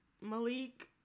Malik